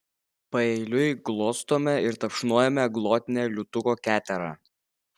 paeiliui glostome ir tapšnojame glotnią liūtuko keterą